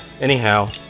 anyhow